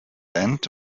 end